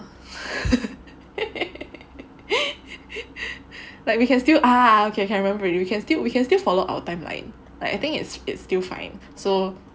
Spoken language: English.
like we can still ah okay can remember already we can still we can still follow our timeline like I think it's it's still fine so